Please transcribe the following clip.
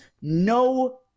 no